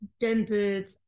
gendered